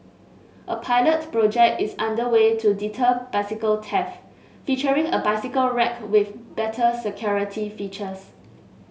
a pilot project is under way to deter bicycle theft featuring a bicycle rack with better security features